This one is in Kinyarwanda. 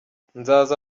nzaza